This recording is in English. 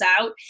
out